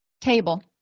table